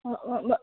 অঁঁ অঁ মই